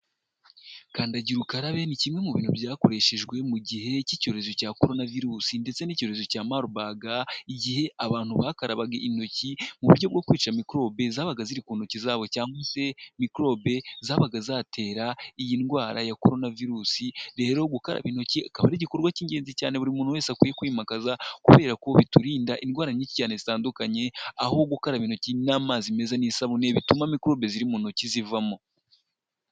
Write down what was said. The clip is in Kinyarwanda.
Kandagira ukarabe ni kimwe mu bintu byakoreshejwe mu gihe cy'icyorezo cya Korona virusi ndetse n'icyorezo cya marubaga, igihe abantu bakarabaga intoki, mu buryo bwo kwica mikorobe zabaga ziri ku ntoki zabo, cyangwa se mikorobe zabaga zatera iyi ndwara ya korona virusi. Rero gukaraba intoki akaba ari igikorwa cy'ingenzi cyane buri muntu wese akwiye kwimakaza, kubera ko biturinda indwara nyinshi cyane zitandukanye, aho gukaraba intoki n'amazi meza n'isabune, bituma mikorobe ziri mu ntoki zivamo.